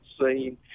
seen